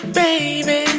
baby